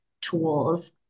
tools